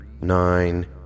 nine